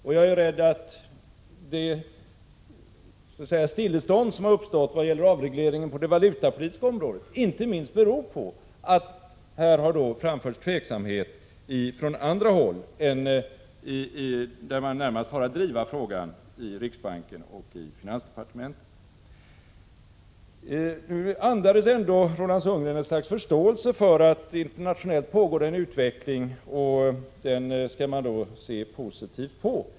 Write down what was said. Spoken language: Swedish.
Och jag är rädd att det stillestånd som har uppstått vad gäller avregleringen på det valutapolitiska området inte minst beror på att det har framförts tveksamhet från andra håll än där man närmast har att driva frågan —i riksbanken och finansdepartementet. Nu andades ändå Roland Sundgren ett slags förståelse för att det internationellt pågår en utveckling — och den skall man se positivt på.